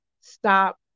Stop